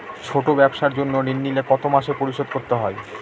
ছোট ব্যবসার জন্য ঋণ নিলে কত মাসে পরিশোধ করতে হয়?